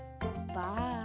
Bye